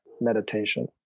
meditation